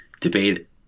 debate